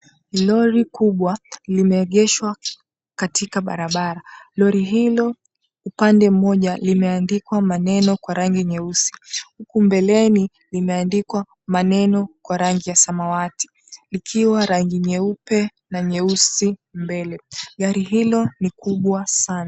Lori kubwa, limeegeshwa katika barabara. Lori hilo upande mmoja limeandikwa kwa rangi nyeusi, huku mbeleni limeandikwa maneno kwa rangi ya samawati. Likiwa rangi nyeupe na nyeusi mbele. Gari hilo ni kubwa sana.